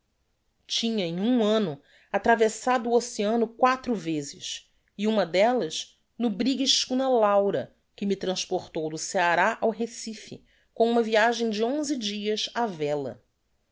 tinha em um anno atravessado o oceano quatro vezes e uma dellas no brigue escuna laura que me transportou do ceará ao recife com uma viagem de onze dias á vela